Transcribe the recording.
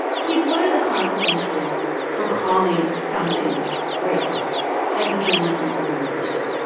keith, what are the consequences for calling something racist, as a journalism organization?